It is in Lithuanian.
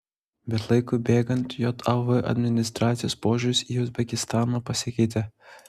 bet laikui bėgant jav administracijos požiūris į uzbekistaną pasikeitė